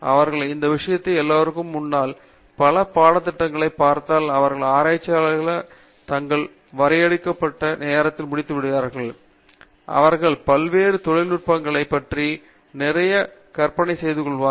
அவர்கள் இந்த விஷயத்தை எல்லோருக்கும் முன்னால் பல பாடத்திட்டங்களைப் பார்த்தால் அவர்கள் ஆராய்ச்சியாளர்களை தங்கள் வரையறுக்கப்பட்ட நேரத்தில் முடித்துவிடுவார்கள் அவர்கள் பல்வேறு தொழில்நுட்பங்களைப் பற்றி நிறைய கற்பனை செய்துகொள்வார்கள்